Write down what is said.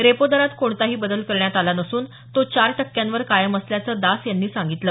repo दरात कोणताही बदल करण्यात आला नसून तो चार टक्क्यांवर कायम असल्याचं दास यांनी सांगितलं